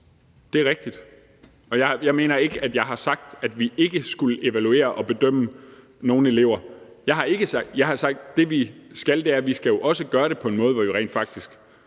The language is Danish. det er rigtigt, og jeg mener ikke, at jeg har sagt, at vi ikke skulle evaluere og bedømme alle elever. Jeg har sagt, at vi jo også skal gøre det på en måde, så vi rent faktisk